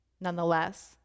nonetheless